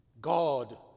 God